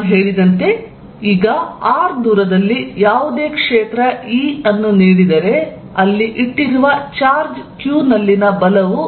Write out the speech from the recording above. ನಾನು ಹೇಳಿದಂತೆ ಈಗ r ದೂರದಲ್ಲಿ ಯಾವುದೇ ಕ್ಷೇತ್ರ E ಅನ್ನು ನೀಡಿದರೆ ಅಲ್ಲಿ ಇಟ್ಟಿರುವ ಚಾರ್ಜ್ q ನಲ್ಲಿನ ಬಲವು